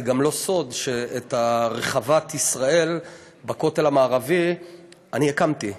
זה גם לא סוד שאת רחבת ישראל בכותל המערבי אני הקמתי.